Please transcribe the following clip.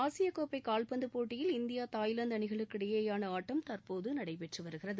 ஆசியக் கோப்பை கால்பந்துப் போட்டியில் இந்தியா தாய்லாந்து அணிகளுக்கு இடையிலான ஆட்டம் தற்போது நடைபெற்று வருகிறது